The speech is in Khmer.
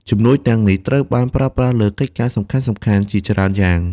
ជំនួយទាំងនេះត្រូវបានប្រើប្រាស់លើកិច្ចការសំខាន់ៗជាច្រើនយ៉ាង។